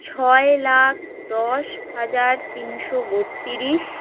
ছয় লাখ দশ হাজার তিনশো বত্রিশ